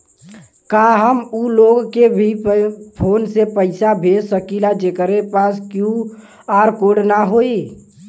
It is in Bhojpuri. का हम ऊ लोग के भी फोन से पैसा भेज सकीला जेकरे पास क्यू.आर कोड न होई?